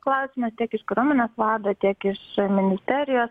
klausimas tiek iš kariuomenės vado tiek iš ministerijos